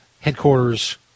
headquarters